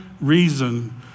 reason